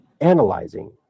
analyzing